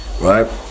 right